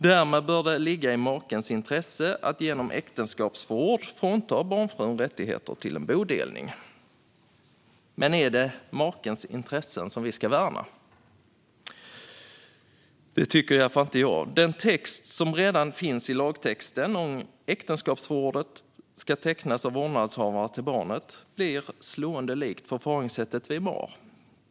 Därmed bör det ligga i makens intresse att genom äktenskapsförord frånta barnfrun rättigheterna till en bodelning. Men är det makens intresse vi ska värna? Det tycker i varje fall inte jag. Den text som redan finns i lagtexten om att äktenskapsförordet ska undertecknas av vårdnadshavare till barnet blir slående likt förfaringssättet för mahr.